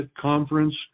conference